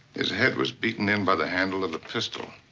his head was beaten in by the handle of a pistol.